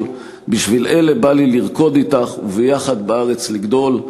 / בשביל אלה בא לי לרקוד אתך / וביחד בארץ לגדול".